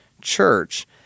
church